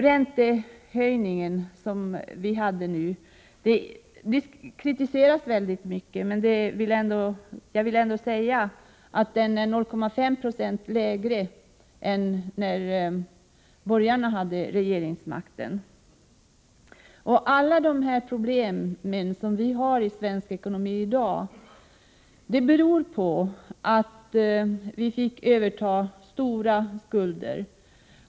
Den nyligen genomförda räntehöjningen kritiseras väldigt mycket, men jag vill ändå peka på att räntan är 0,5 96 lägre än när borgarna hade regeringsmakten. De problem som vi har i svensk ekonomi i dag beror på att vi fick överta stora skulder.